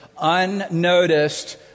unnoticed